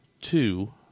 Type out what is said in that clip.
two